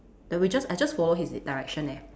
that we just I just follow his direction leh